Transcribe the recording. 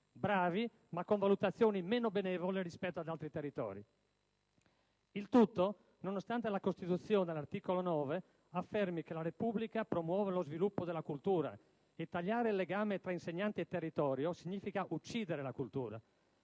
bravi ma con valutazioni meno benevole rispetto ad altri territori. Il tutto nonostante la Costituzione, all'articolo 9, affermi che «la Repubblica promuove lo sviluppo della cultura» e tagliare il legame tra insegnanti e territorio significa uccidere la cultura.